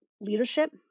leadership